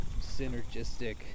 synergistic